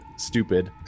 stupid